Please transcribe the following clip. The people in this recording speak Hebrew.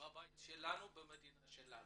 בבית שלנו במדינה שלנו.